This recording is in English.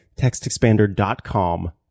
TextExpander.com